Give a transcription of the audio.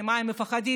ממה הם מפחדים,